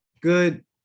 good